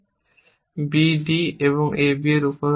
b d এবং a b এর উপর হবে